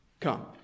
come